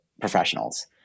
professionals